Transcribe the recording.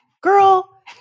Girl